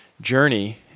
journey